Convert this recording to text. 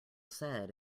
said